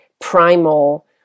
primal